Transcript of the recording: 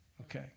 okay